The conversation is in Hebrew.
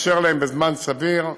לאפשר להם בזמן סביר,